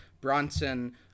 Bronson